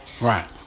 right